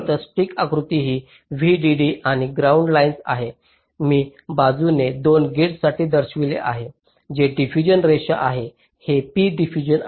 तर स्टिक आकृती ही VDD आणि ग्राउंड लाईन्स आहेत मी बाजूने 2 गेट्ससाठी दर्शवित आहे हे डिफ्यूजन रेखा आहेत हे p डिफ्यूजन आहे